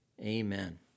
Amen